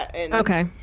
Okay